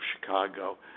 Chicago